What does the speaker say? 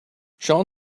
sean